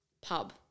pub